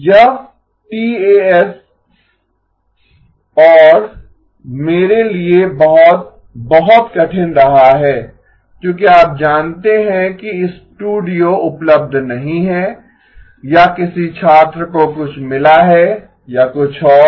यह TAs और मेरे लिए बहुत बहुत कठिन रहा है क्योंकि आप जानते हैं कि स्टूडियो उपलब्ध नहीं है या किसी छात्र को कुछ मिला है या कुछ और